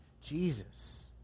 Jesus